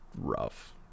rough